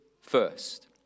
first